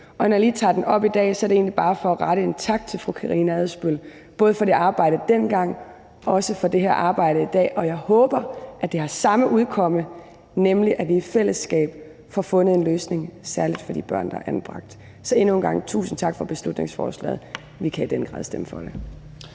og når jeg lige tager den op i dag, er det egentlig bare for at rette en tak til fru Karina Adsbøl for både det arbejde dengang og også det arbejde her i dag, og jeg håber, at det her har samme udkomme, nemlig at vi i fællesskab får fundet en løsning, særlig for de børn, der er anbragt. Så endnu en gang tusind tak for beslutningsforslaget. Vi kan i den grad stemme for det.